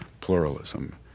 pluralism